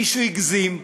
מישהו הגזים,